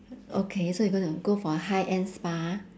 okay so you're gonna go for a high end spa